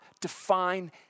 define